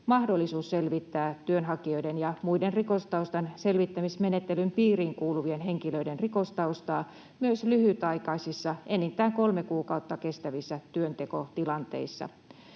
mahdollisuus selvittää työnhakijoiden ja muiden rikostaustan selvittämismenettelyn piiriin kuuluvien henkilöiden rikostaustaa myös lyhytaikaisissa, enintään kolme kuukautta kestävissä työntekotilanteissa.